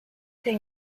the